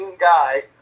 guy